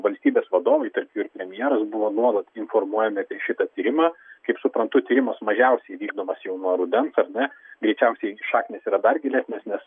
valstybės vadovai tarp jų ir premjeras buvo nuolat informuojami apie šitą tyrimą kaip suprantu tyrimas mažiausiai vykdomas jau nuo rudens ar ne greičiausiai šaknys yra dar gilesnės nes